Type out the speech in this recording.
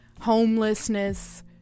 homelessness